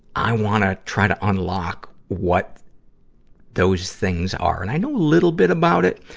i wanna try to unlock what those things are. and i know a little bit about it,